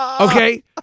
Okay